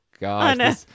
God